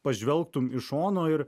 pažvelgtum iš šono ir